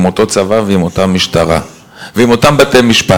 עם אותו צבא ועם אותה משטרה ועם אותם בתי-משפט.